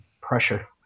Pressure